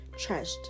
trashed